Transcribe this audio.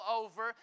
over